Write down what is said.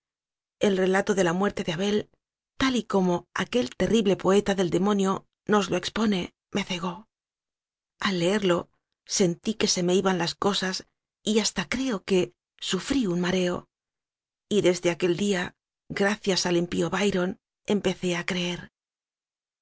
el relato de la muerte de abel tal y como aquel terrible poeta del demonio nos le ex pone me cegó al leerlo sentí que se me iban las cosas y hasta creo que sufrí un mareo y desde aquel día gracias al impío byron empecé a creer